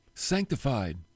Sanctified